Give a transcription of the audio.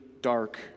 dark